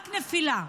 רק נפילה,